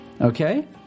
Okay